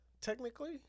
technically